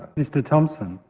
mr thompson,